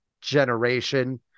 generation